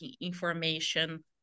information